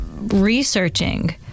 Researching